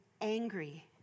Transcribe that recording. angry